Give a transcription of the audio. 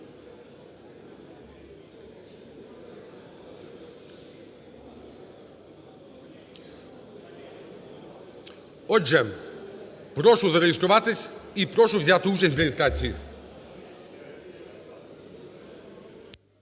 Отже, прошу зареєструватись і прошу взяти участь в реєстрації.